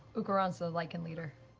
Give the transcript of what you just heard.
ukurat's the lycan leader.